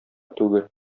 түгел